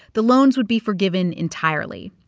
the loans would be forgiven entirely.